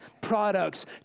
products